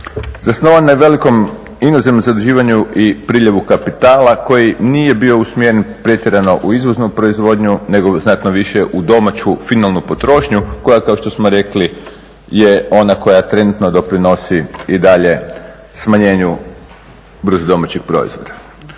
Zasnovan je na velikom inozemnom zaduživanju i priljevu kapitala koji nije bio usmjeren pretjerano u izvoznu proizvodnju nego znatno više u domaću finalnu potrošnju koja, kao što smo rekli je ona koja trenutno doprinosi i dalje smanjenju BDP-a. U isto